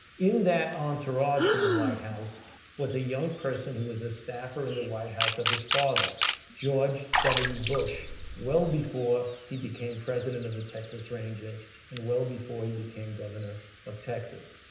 in that entourage from the white house was a young person who was a staffer at the white house of his father george w. bush, well before he became president of the texas rangers and well before he became governor of texas.